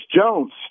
Jones